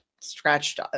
scratched